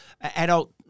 adult